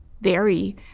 vary